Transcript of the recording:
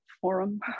forum